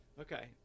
Okay